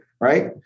Right